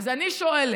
אז אני שואלת: